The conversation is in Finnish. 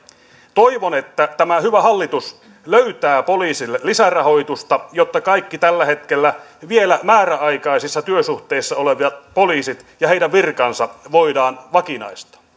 toivon että tämä hyvä hallitus löytää poliisille lisärahoitusta jotta kaikki tällä hetkellä vielä määräaikaisissa työsuhteissa olevat poliisit ja heidän virkansa voidaan vakinaistaa